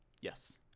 Yes